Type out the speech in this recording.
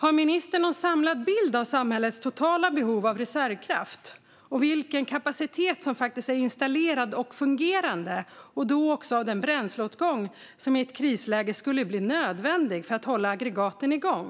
Har ministern någon samlad bild av samhällets totala behov av reservkraft och vilken kapacitet som faktiskt är installerad och fungerande och av den bränsleåtgång som i ett krisläge skulle bli nödvändig för att hålla aggregaten igång?